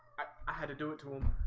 i had to do it to him,